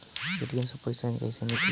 ATM से पइसा कइसे निकली?